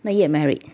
not yet married